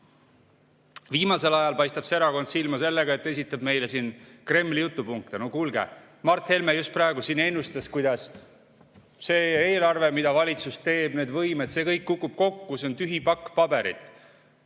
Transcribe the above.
Viimasel ajal paistab see erakond silma sellega, et esitab meile siin Kremli jutupunkte. No kuulge, Mart Helme just praegu siin ennustas, kuidas see eelarve, mida valitsus teeb, ja kõik need võimed kukuvad kokku, et see eelarve on tühi pakk paberit.